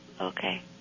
Okay